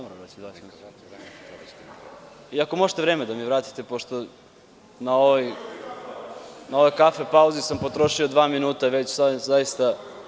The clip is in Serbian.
Molim vas ako možete vreme da mi vratite, jer na ovoj kafe pauzi sam potrošio dva minuta, već zaista…